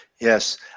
Yes